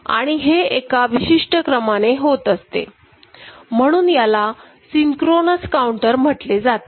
आणि हे एका विशिष्टक्रमाने होत असते म्हणून याला सिंक्रोनस काऊंटर म्हटले जाते